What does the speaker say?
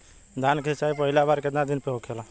धान के सिचाई पहिला बार कितना दिन पे होखेला?